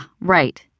right